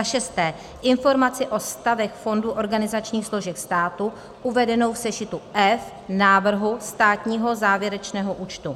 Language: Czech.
6. informaci o stavech fondů organizačních složek státu uvedenou v sešitu F návrhu státního závěrečného účtu;